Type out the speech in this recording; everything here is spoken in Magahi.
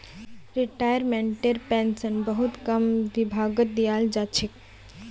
रिटायर्मेन्टटेर पेन्शन बहुत कम विभागत दियाल जा छेक